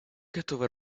готовы